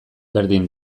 berdin